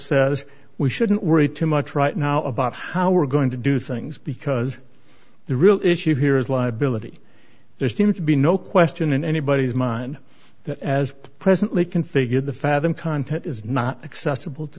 says we shouldn't worry too much right now about how we're going to do things because the real issue here is liability there seems to be no question in anybody's mind that as presently configured the fathom content is not accessible to